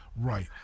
Right